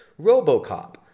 Robocop